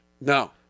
No